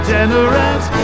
Generous